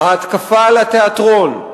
ההתקפה על התיאטרון,